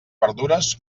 verdures